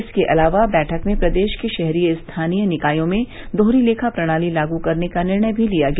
इसके अलावा बैठक में प्रदेश के शहरी स्थानीय निकायों में दोहरी लेखा प्रणाती तागू करने का निर्णय भी लिया गया